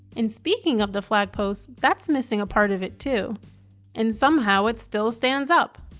and speaking of the flag post that's missing a part of it too and somehow it still stands up.